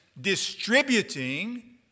distributing